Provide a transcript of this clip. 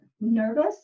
nervous